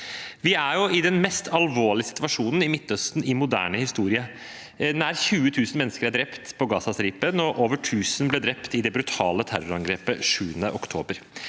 Vi er i den mest alvorlige situasjonen i Midtøsten i moderne historie. Nær 20 000 mennesker er drept på Gazastripen, og over 1 000 ble drept i det brutale terrorangrepet 7. oktober.